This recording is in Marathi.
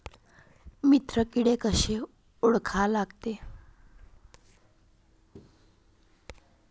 मित्र किडे कशे ओळखा लागते?